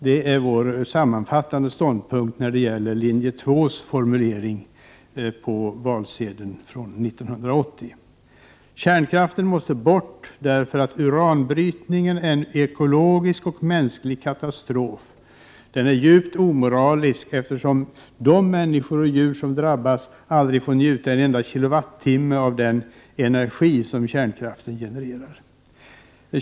Det är vår sammanfattande ståndpunkt när det gäller linje 2:s formulering på valsedeln från 1980. Kärnkraften måste bort därför att uranbrytningen är en ekologisk och mänsklig katastrof, som dessutom är djupt omoralisk, eftersom de människor och djur som drabbas aldrig får njuta en enda kilowattimme av den energi som kärnkraften genererar.